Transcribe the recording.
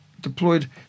deployed